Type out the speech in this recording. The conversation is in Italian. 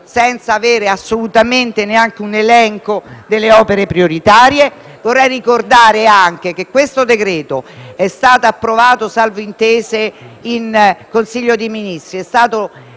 senza avere neanche un elenco delle opere prioritarie. Vorrei ricordare anche che questo decreto-legge è stato approvato, salvo intese, in Consiglio dei ministri,